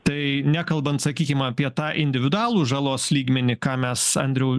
tai nekalbant sakykim apie tą individualų žalos lygmenį ką mes andriau